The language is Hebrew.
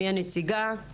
מי הנציגה?